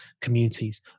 communities